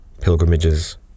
pilgrimages